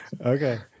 Okay